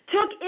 Took